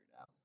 out